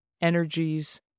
energies